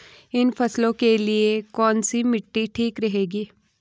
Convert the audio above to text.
इन फसलों के लिए कैसी मिट्टी ठीक रहेगी?